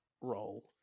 role